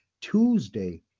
Tuesday